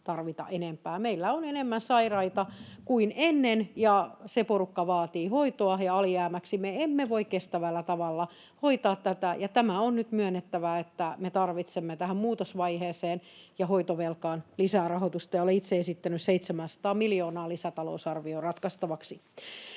tarvita enempää. Meillä on enemmän sairaita kuin ennen, ja se porukka vaatii hoitoa, ja alijäämäisenä me emme voi kestävällä tavalla hoitaa tätä. Tämä on nyt myönnettävä, että me tarvitsemme tähän muutosvaiheeseen ja hoitovelkaan lisää rahoitusta, ja olen itse esittänyt 700 miljoonaa lisätalousarvioon ratkaistavaksi.